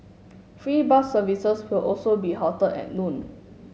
free bus services will also be halted at noon